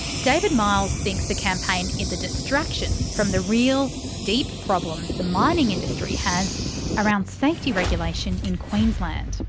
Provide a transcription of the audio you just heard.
david miles thinks the campaign is a distraction from the real, deep problems the mining industry has around safety regulation in queensland.